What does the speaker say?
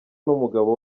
n’umugabo